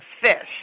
fish